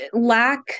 lack